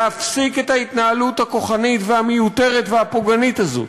להפסיק את ההתנהלות הכוחנית והמיותרת והפוגענית הזאת,